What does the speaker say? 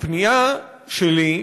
הפנייה שלי,